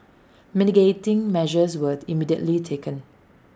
mitigating measures were immediately taken